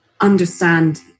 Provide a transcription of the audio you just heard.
understand